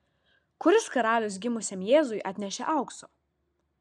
kuris karalius gimusiam jėzui atnešė aukso